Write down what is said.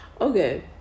Okay